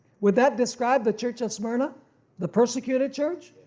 would that describe the church of smyrna the persecuted church?